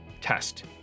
Test